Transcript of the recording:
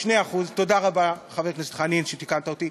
תודה רבה, חבר הכנסת חנין, שתיקנת אותי.